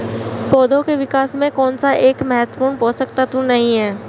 पौधों के विकास में कौन सा एक महत्वपूर्ण पोषक तत्व नहीं है?